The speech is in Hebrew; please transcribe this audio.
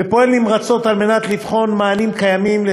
ופועל נמרצות לבחון מענים קיימים,